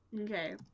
Okay